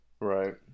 Right